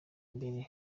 mbere